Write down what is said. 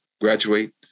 graduate